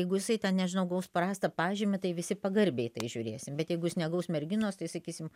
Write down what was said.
jeigu jisai ten nežinau gaus prastą pažymį tai visi pagarbiai į tai žiūrėsim bet jeigu jis negaus merginos tai sakysim